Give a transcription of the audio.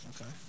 okay